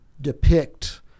depict